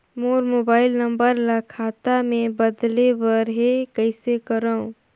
मोर mobile number ल खाता मे बदले बर हे कइसे करव?